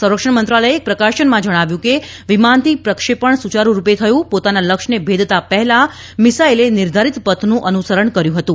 સંરક્ષણ મંત્રાલયે એક પ્રકાશમાં જણાવ્યું હતું કે વિમાનથી પ્રક્ષેપણ સુચારૂર્રપે થયું પોતાના લક્ષ્યનો ભેદતા પહેલા મિસાઇલે નિર્ધારીત પથનું અનુસરણ કર્યું હતું